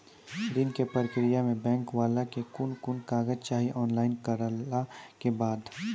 ऋण के प्रक्रिया मे बैंक वाला के कुन कुन कागज चाही, ऑनलाइन करला के बाद?